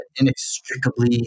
inextricably